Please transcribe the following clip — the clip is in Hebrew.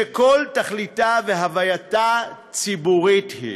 שכל תכליתה והווייתה ציבורית היא.